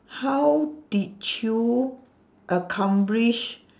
how did you accomplish